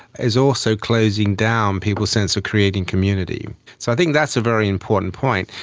is also closing down people's sense of creating community. so i think that's a very important point.